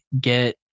get